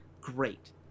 great